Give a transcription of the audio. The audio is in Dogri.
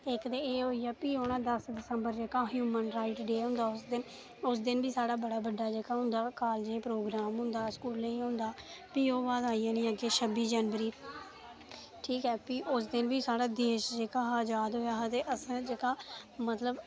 इक्क ते एह् होइया प्ही औना दस्स दिसंबर जेह्का ह्यूमन राइट्स डे होंदा उस दिन बी जेह्का साढ़े कॉलेजै च बड़ा बड्डा प्रोग्राम होंदा स्कूलें च होंदा भी आई जानी छब्बी जनवरी ठीक ऐ उस दिन बी साढ़ा देश जेह्का आजाद होआ हा ते असें जेह्का मतलब